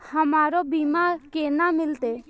हमरो बीमा केना मिलते?